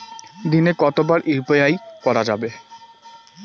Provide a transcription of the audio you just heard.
দিনে কতবার ইউ.পি.আই করা যাবে?